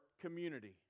community